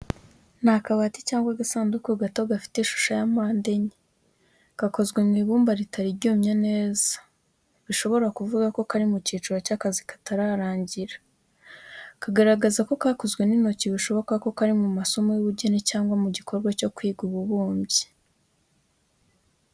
Ni akabati cyangwa agasanduku gato gafite ishusho yampande enye. Gakozwe mu ibumba ritari ryumye neza, bishobora kuvuga ko kari mu cyiciro cy’akazi katararangira. Kagaragaza ko kakozwe n’intoki bishoboka ko ari mu masomo y’ubugeni cyangwa mu gikorwa cyo kwiga ububumbyi.